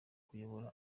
kuyobora